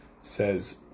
says